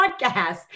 podcast